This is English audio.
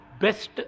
best